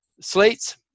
Slate's